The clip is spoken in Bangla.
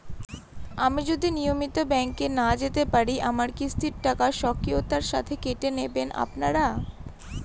আমি যদি নিয়মিত ব্যংকে না যেতে পারি আমার কিস্তির টাকা স্বকীয়তার সাথে কেটে নেবেন আপনারা?